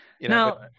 Now